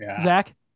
Zach